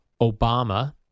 Obama